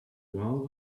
wall